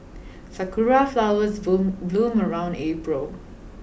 sakura flowers bloom bloom around April